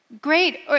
great